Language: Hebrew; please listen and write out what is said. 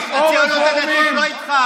הדתית.